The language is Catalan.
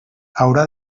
haurà